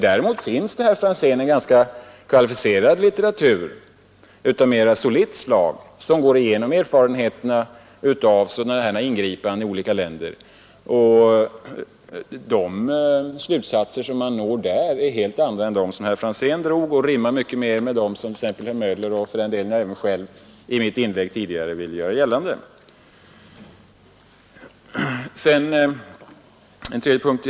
Däremot finns det, herr Franzén, en ganska kvalificerad litteratur av mera solitt slag. Denna går igenom erfarenheterna från ingripanden i olika länder, och de slutsatser som man kommer fram till är helt andra än dem som herr Franzén drog och rimmar mera med dem som exempelvis herr Möller och även jag själv för den delen tidigare pekade på.